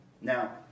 Now